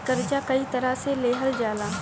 कर्जा कई तरह से लेहल जाला